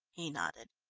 he nodded.